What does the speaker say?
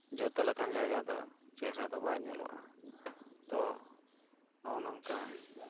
ᱡᱚᱛᱚ ᱞᱮᱠᱟᱱ ᱡᱟᱭᱜᱟ ᱫᱚ ᱪᱮᱦᱨᱟ ᱫᱚ ᱵᱟᱭ ᱧᱮᱞᱚᱜᱼᱟ ᱛᱚ ᱱᱚᱜᱼᱚ ᱱᱚᱝᱠᱟ